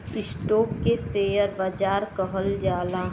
stock के share बाजार कहल जाला